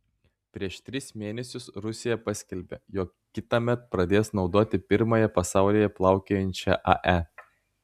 prieš tris mėnesius rusija paskelbė jog kitąmet pradės naudoti pirmąją pasaulyje plaukiojančią ae